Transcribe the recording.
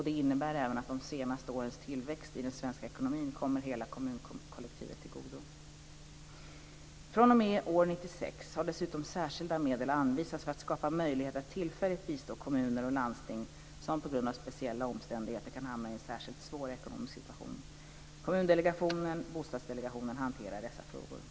Det innebär även att de senaste årens tillväxt i den svenska ekonomin kommer hela kommunkollektivet till godo. fr.o.m. år 1996 har dessutom särskilda medel anvisats för att skapa möjligheter att tillfälligt bistå kommuner och landsting som på grund av speciella omständigheter kan hamna i en särskilt svår ekonomisk situation. Kommundelegationen och Bostadsdelegationen hanterar dessa frågor.